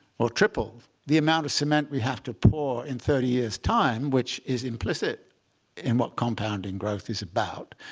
or triple the amount of cement we have to pour in thirty years time, which is implicit in what compounding growth is about,